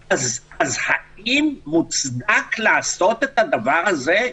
האם מוצדק לעשות את הדבר הזה?